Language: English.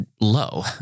low